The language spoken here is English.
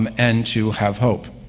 um and to have hope.